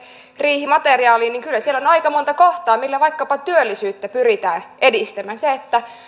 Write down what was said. riihimateriaaliin niin kyllä siellä on aika monta kohtaa millä vaikkapa työllisyyttä pyritään edistämään esimerkiksi se että